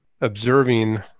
observing